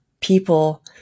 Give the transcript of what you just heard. people